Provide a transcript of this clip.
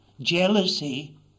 jealousy